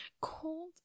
cold